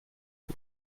gut